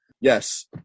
yes